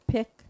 Pick